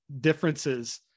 differences